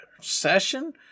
session